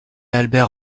albert